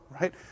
right